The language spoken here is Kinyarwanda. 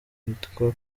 bitwa